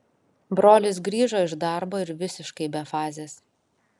brolis grįžo iš darbo ir visiškai be fazės